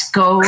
go